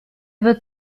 wird